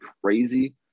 crazy